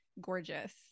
Gorgeous